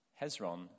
Hezron